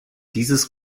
dieses